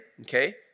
okay